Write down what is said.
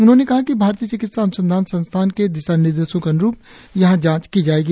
उन्होंने कहा कि भारतीय चिकित्सा अनुसंधान संस्थान के दिशा निर्देशों के अनुरुप यहां जांच की जायेगी